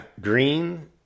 green